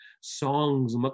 songs